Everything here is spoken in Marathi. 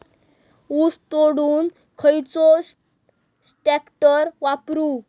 ऊस तोडुक खयलो ट्रॅक्टर वापरू?